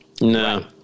No